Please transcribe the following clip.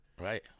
Right